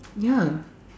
ya